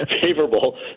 favorable